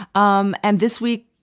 um and this week,